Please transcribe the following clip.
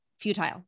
Futile